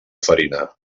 farina